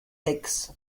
pigs